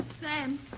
Sam